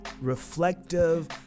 reflective